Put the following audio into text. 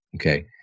Okay